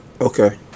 Okay